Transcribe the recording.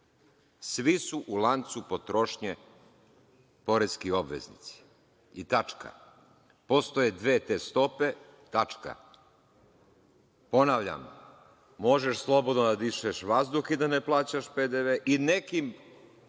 Svi su u lancu potrošnje poreski obveznici. I tačka. Postoje dve te stope. Tačka. Ponavljam, možeš slobodno da dišem vazduh i da ne plaćaš PDV i nekim